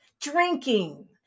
drinking